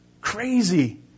Crazy